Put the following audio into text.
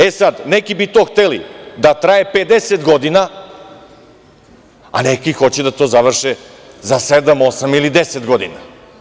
E sad, neki bi to hteli da traje 50 godina, a neki hoće da to završe za sedam, osam ili deset godina.